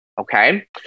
Okay